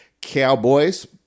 Cowboys